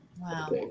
Wow